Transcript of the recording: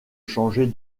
changer